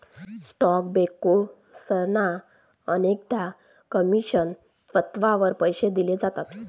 stock ब्रोकर्सना अनेकदा commission तत्त्वावर पैसे दिले जातात